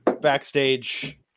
backstage